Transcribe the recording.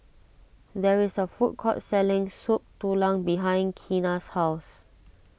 there is a food court selling Soup Tulang behind Kenna's house